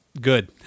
good